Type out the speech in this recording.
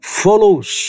follows